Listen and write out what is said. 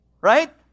Right